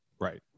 right